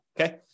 Okay